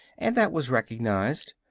and that was recognized.